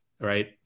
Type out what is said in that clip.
Right